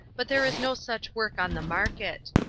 but there is no such work on the market.